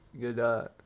good